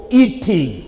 eating